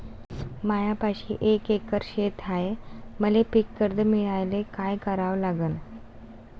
मायापाशी एक एकर शेत हाये, मले पीककर्ज मिळायले काय करावं लागन?